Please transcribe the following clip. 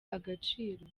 agaciro